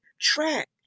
track